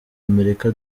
amerika